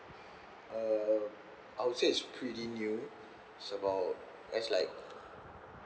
uh I would say it's pretty new it's about there's like